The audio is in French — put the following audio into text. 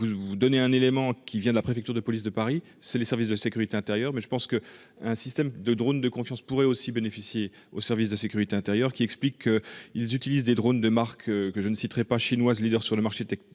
vous donnez un élément qui vient de la préfecture de police de Paris, c'est le service de sécurité intérieure. Mais je pense que un système de drone de confiance pourrait aussi bénéficier au service de sécurité intérieure qui explique qu'ils utilisent des drônes de marque que je ne citerai pas chinoise leader sur le marché dès au